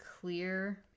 clear